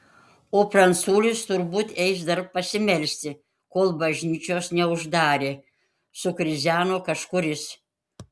o pranculis turbūt eis dar pasimelsti kol bažnyčios neuždarė sukrizeno kažkuris